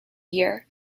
year